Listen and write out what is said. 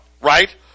right